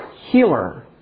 healer